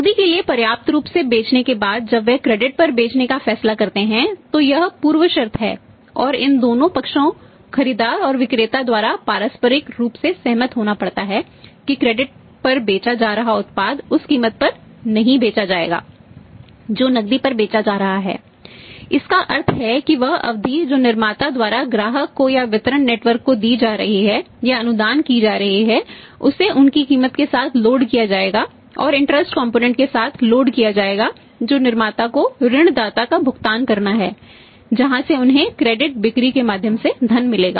नकदी के लिए पर्याप्त रूप से बेचने के बाद जब वे क्रेडिट बिक्री के माध्यम से धन मिला